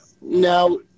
Now